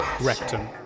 rectum